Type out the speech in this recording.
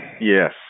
Yes